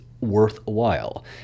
worthwhile